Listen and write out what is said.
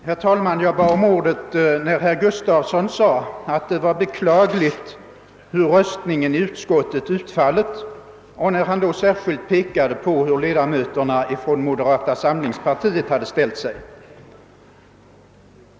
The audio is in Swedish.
Herr talman! Jag bad om ordet när herr Gustafson i Göteborg beklagade att röstningen i utskottet hade utfallit som den gjort och därvid särskilt pekade på hur ledamöterna från moderata samlingspartiet hade ställt sig.